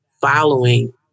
following